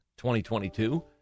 2022